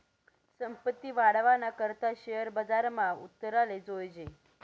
संपत्ती वाढावाना करता शेअर बजारमा उतराले जोयजे